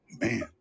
Man